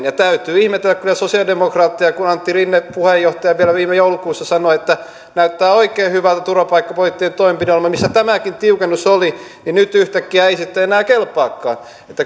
ja täytyy ihmetellä kyllä sosialidemokraatteja kun antti rinne puheenjohtaja vielä viime joulukuussa sanoi että näyttää oikein hyvältä turvapaikkapoliittinen toimenpideohjelma missä tämäkin tiukennus oli ja nyt yhtäkkiä se ei sitten enää kelpaakaan että